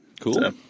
Cool